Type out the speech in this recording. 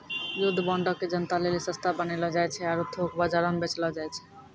युद्ध बांडो के जनता लेली सस्ता बनैलो जाय छै आरु थोक बजारो मे बेचलो जाय छै